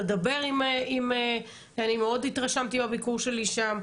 תדבר, אני מאוד התרשמתי בביקור שלי שם.